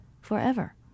forever